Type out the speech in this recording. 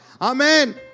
Amen